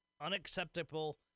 unacceptable